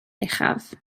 uchaf